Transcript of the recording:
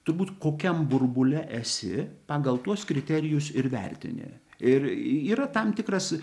turbūt kokiam burbule esi pagal tuos kriterijus ir vertini ir yra tam tikras